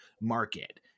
market